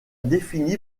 défini